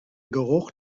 geruch